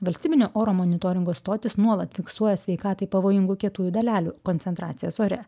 valstybinė oro monitoringo stotis nuolat fiksuoja sveikatai pavojingų kietųjų dalelių koncentracijas ore